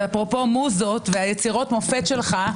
אפרופו מוזות ויצירות המופת שלך.